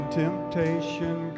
temptation